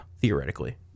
theoretically